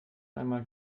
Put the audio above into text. einmal